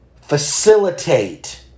facilitate